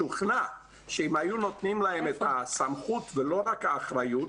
אני משוכנע שאם היו נותנים להם את הסמכות ולא רק את האחריות,